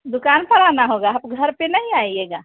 दुकान पर आना होगा आप घर पर नहीं आइएगा